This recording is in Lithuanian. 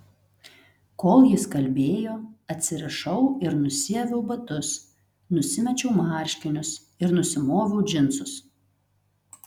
kol jis kalbėjo atsirišau ir nusiaviau batus nusimečiau marškinius ir nusimoviau džinsus